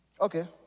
Okay